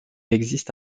existe